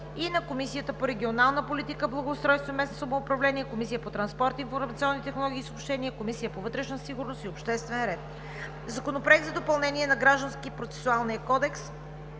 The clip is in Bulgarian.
е на Комисията по регионална политика, благоустройство и местно самоуправление, Комисията по транспорт, информационни технологии и съобщения, и на Комисията по вътрешна сигурност и обществен ред. Законопроект за допълнение на Гражданскопроцесуалния кодекс.